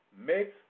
Mix